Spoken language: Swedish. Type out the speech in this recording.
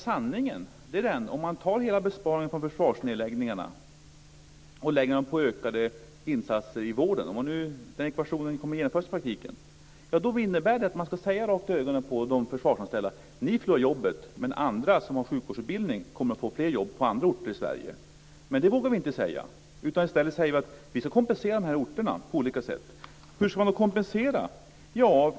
Sanningen är den, att om man tar hela besparingen från försvarsnedläggningarna och lägger dem på ökade insatser i vården, om den ekvationen kommer att genomföras i praktiken, innebär det att man ska se de försvarsanställda rakt i ögonen och säga: Ni förlorar jobbet, men andra, som har sjukvårdsutbildning, kommer att få fler jobb på andra orter i Sverige. Men det vågar man inte säga, utan i stället säger man att man ska kompensera dessa orter på olika sätt. Hur ska vi då kompensera dem?